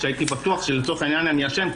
כאשר הייתי בטוח שלצורך העניין אני אשם,